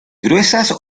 gruesas